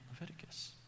Leviticus